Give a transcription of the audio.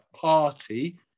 party